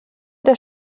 der